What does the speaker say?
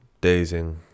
dazing